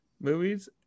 Movies